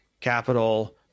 capital